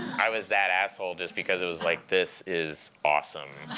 i was that asshole, just because it was like, this is awesome.